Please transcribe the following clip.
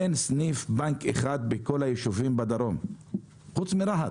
אין סניף בנק אחד בכל היישובים בדרום חוץ מרהט.